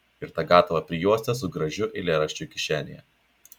ir tą gatavą prijuostę su gražiu eilėraščiu kišenėje